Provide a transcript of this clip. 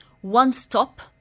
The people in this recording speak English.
one-stop